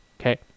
okay